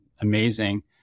amazing